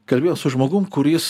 kalbėjau su žmogum kuris